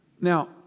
Now